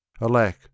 Alack